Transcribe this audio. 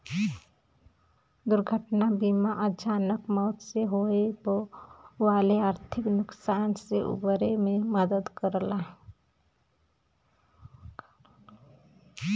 दुर्घटना बीमा अचानक मौत से होये वाले आर्थिक नुकसान से उबरे में मदद करला